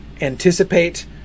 anticipate